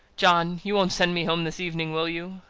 john! you won't send me home this evening, will you?